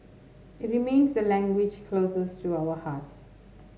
it remains the language closest to our hearts